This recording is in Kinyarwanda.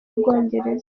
bwongereza